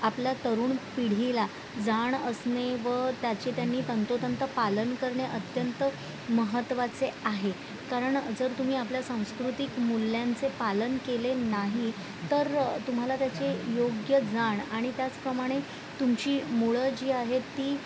आपल्या तरुण पिढीला जाण असणे व त्याचे त्यांनी तंतोतंत पालन करणे अत्यंत महत्त्वाचे आहे कारण जर तुम्ही आपल्या सांस्कृतिक मूल्यांचे पालन केले नाही तर तुम्हाला त्याचे योग्य जाण आणि त्याचप्रमाणे तुमची मुळं जी आहेत ती